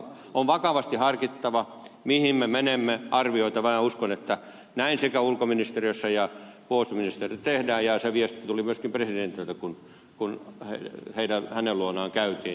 on vakavasti harkittava mihin me menemme arvioitava ja uskon että näin sekä ulkoministeriössä että puolustusministeriössä tehdään ja se viesti tuli myöskin presidentiltä kun hänen luonaan käytiin